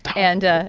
and